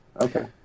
Okay